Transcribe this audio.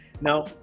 Now